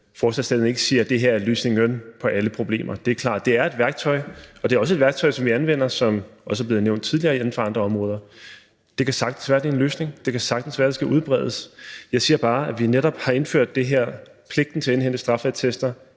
at forslagsstilleren ikke siger, at det her er løsningen på alle problemer. Det er klart, at det er et værktøj, og det er også et værktøj, som vi også anvender inden for andre områder, som det er blevet nævnt tidligere. Det kan sagtens være, at det er en løsning. Det kan sagtens være, at det skal udbredes. Jeg siger bare, at vi netop har indført det her, altså pligten til at indhente straffeattester